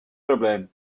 probleem